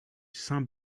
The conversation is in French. saint